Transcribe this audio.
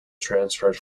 transferred